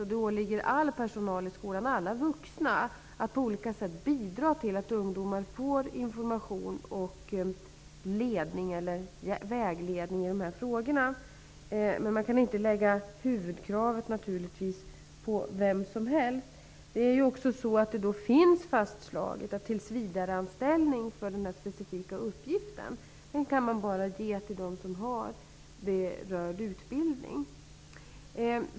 Det åligger all personal, alla vuxna, i skolan att på olika sätt bidra till att ungdomar får information och vägledning i dessa frågor. Men man kan naturligtvis inte lägga huvudansvaret på vem som helst. Det finns fastslaget att tillsvidareanställning för den här specifika uppgiften bara kan ges till dem som har relevant utbildning.